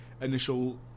initial